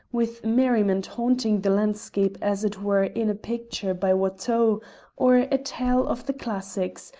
with merriment haunting the landscape as it were in a picture by watteau or a tale of the classics,